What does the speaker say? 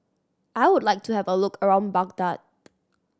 I would like to have a look around Baghdad